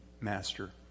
master